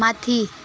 माथि